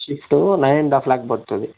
Swift nine and half lakh పడుతుంది